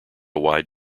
wide